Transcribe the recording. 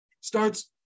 starts